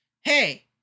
Hey